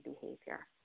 behavior